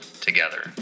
together